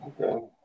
Okay